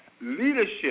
leadership